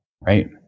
Right